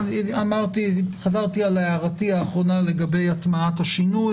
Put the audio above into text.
אז חזרתי על הערתי האחרונה לגבי הטמעת השינוי,